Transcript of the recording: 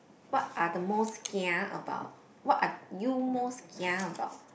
what are the most kia about what are you most kia about